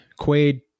Quaid